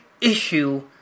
issue